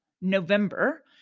November